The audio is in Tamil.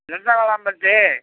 நெட்டவேலம்பட்டி